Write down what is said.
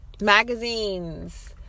magazines